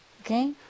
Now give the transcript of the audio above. okay